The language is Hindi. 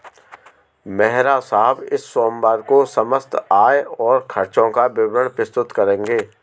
मेहरा साहब इस सोमवार को समस्त आय और खर्चों का विवरण प्रस्तुत करेंगे